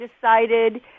decided